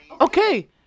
Okay